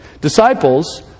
Disciples